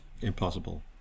impossible